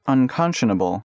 Unconscionable